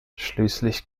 schließlich